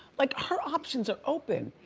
like her options are open.